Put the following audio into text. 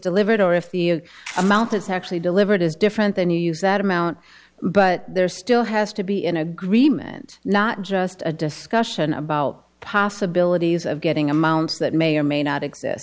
delivered or if the amount is actually delivered is different then you use that amount but there still has to be in agreement not just a discussion about possibilities of getting amounts that may or may not exist